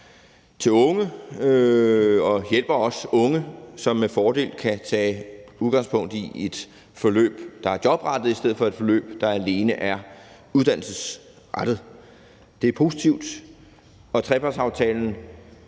til unge og hjælper også unge, som med fordel kan tage udgangspunkt i et forløb, der er jobrettet, i stedet for et forløb, der alene er uddannelsesrettet. Det er positivt,